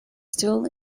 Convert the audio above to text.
still